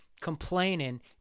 complaining